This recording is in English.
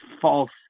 false